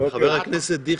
חבר הכנסת דיכטר,